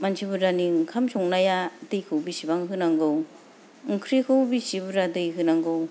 मानसि बुरजानि ओंखाम संनाया दैखौ बेसेबां होनांगौ ओंख्रिखौ बेसे बुरजा दै होनांगौ